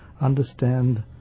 understand